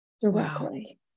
directly